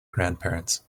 grandparents